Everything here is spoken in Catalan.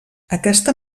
aquesta